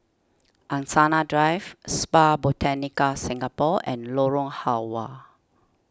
Angsana Drive Spa Botanica Singapore and Lorong Halwa